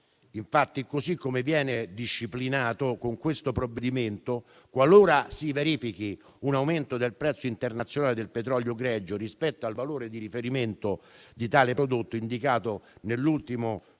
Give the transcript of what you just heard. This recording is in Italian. precedenti. Così come viene disciplinato con questo provvedimento, qualora si verifichi un aumento del prezzo internazionale del petrolio greggio rispetto al valore di riferimento di tale prodotto indicato nell'ultimo DEF,